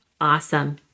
Awesome